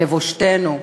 לבושתנו,